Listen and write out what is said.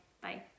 Bye